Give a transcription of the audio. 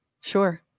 Sure